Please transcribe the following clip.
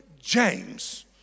James